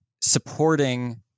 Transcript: supporting